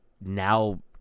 now